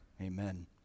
Amen